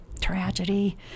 tragedy